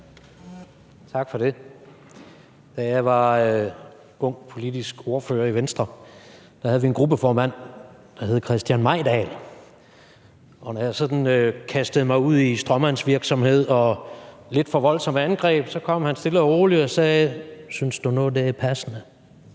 Tak for det. Da jeg var ung politisk ordfører i Venstre, havde vi en gruppeformand, der hed Christian Mejdahl, og når jeg sådan kastede mig ud i stråmandsvirksomhed og lidt for voldsomme angreb, kom han stille og roligt og sagde: Synes du nu, det er passende?